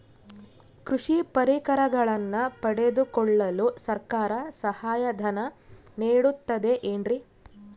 ಕೃಷಿ ಪರಿಕರಗಳನ್ನು ಪಡೆದುಕೊಳ್ಳಲು ಸರ್ಕಾರ ಸಹಾಯಧನ ನೇಡುತ್ತದೆ ಏನ್ರಿ?